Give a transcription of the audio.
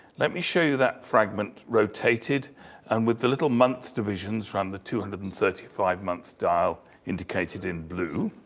let me show you that fragment rotated and with the little month divisions round the two hundred and thirty five month dial indicated in blue.